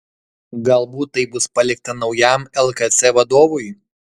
galbūt tai bus palikta naujam lkc vadovui